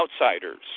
outsiders